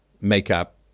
makeup